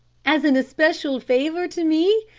as an especial favour to me?